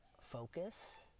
focus